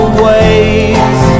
ways